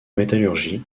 métallurgie